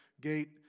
gate